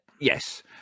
Yes